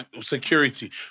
security